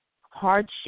hardship